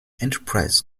enterprise